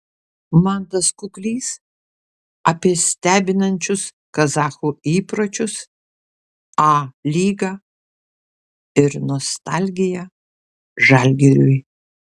mantas kuklys apie stebinančius kazachų įpročius a lygą ir nostalgiją žalgiriui